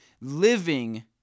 living